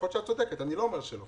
יכול להיות שאת צודקת, אני לא אומר שלא.